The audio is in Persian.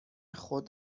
خود